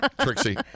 Trixie